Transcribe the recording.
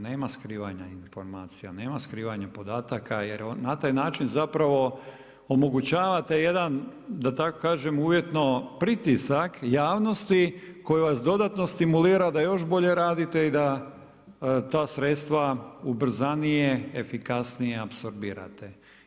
Nema skrivanja informacija, nema skrivanja podataka, jer na taj način zapravo omogućavate jedan, da tako kažem uvjetno pritisak javnosti koja vas dodatno stimulira da još bolje radite i da ta sredstva ubrzanije, efikasnije apsorbirate.